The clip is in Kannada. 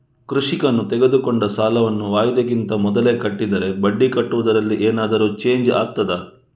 ಕೃಷಿಕನು ತೆಗೆದುಕೊಂಡ ಸಾಲವನ್ನು ವಾಯಿದೆಗಿಂತ ಮೊದಲೇ ಕಟ್ಟಿದರೆ ಬಡ್ಡಿ ಕಟ್ಟುವುದರಲ್ಲಿ ಏನಾದರೂ ಚೇಂಜ್ ಆಗ್ತದಾ?